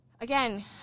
again